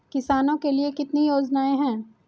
किसानों के लिए कितनी योजनाएं हैं?